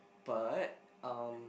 but um